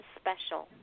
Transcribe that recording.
special